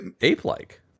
ape-like